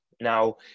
Now